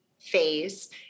phase